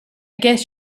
guess